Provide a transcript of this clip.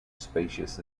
spacious